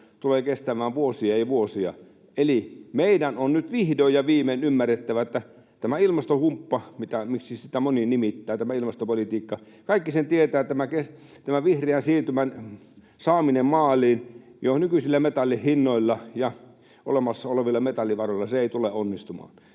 tulee kestämään vuosia ja vuosia. Eli meidän on nyt vihdoin ja viimein ymmärrettävä, että tämä ilmastohumppa, miksi sitä moni nimittää, tämä ilmastopolitiikka, kaikki sen tietävät, että tämän vihreän siirtymän saaminen maaliin jo nykyisillä metallin hinnoilla ja olemassa olevilla metallivaroilla ei tule onnistumaan.